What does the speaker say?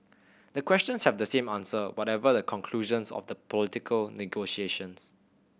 the questions have the same answer whatever the conclusions of the political negotiations